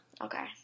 Okay